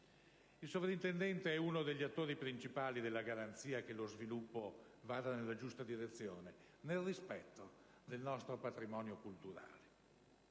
Il soprintendente è uno degli attori principali della garanzia che lo sviluppo vada nella giusta direzione, nel rispetto del nostro patrimonio culturale.